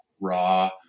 raw